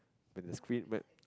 and the street map